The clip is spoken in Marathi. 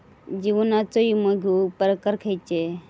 जीवनाचो विमो घेऊक प्रकार खैचे?